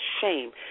shame